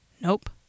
Nope